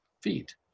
feet